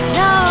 no